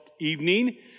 evening